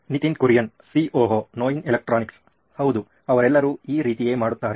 Nitin Kurian COO ನೋಯಿನ್ electronics ಹೌದು ಅವರೆಲ್ಲರೂ ಈ ರೀತಿಯೇ ಮಾಡುತ್ತಾರೆ